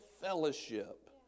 fellowship